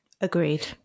agreed